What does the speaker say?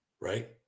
right